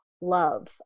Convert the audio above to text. love